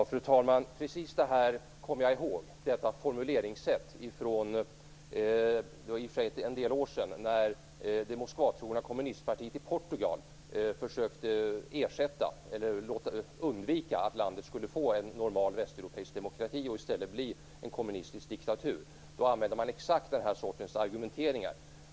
Fru talman! Precis detta formuleringssätt kommer jag ihåg från den gången för en del år sedan då det Moskvatrogna kommunistpartiet i Portugal försökte undvika att landet skulle få en normal västeuropeisk demokrati och i stället göra det till en kommunistisk diktatur. Då använde man exakt den här sortens argumentering.